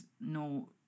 no